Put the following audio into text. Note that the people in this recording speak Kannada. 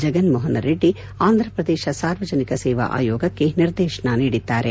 ಜಗನ್ ಮೋಹನ್ ರೆಡ್ಡಿ ಆಂಧ್ರ ಪ್ರದೇಶ ಸಾರ್ವಜನಿಕ ಸೇವಾ ಆಯೋಗಕ್ಕೆ ನಿರ್ದೇಶನ ನೀಡಿದ್ದಾರೆ